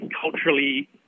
culturally